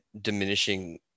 diminishing